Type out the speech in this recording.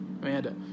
amanda